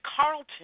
Carlton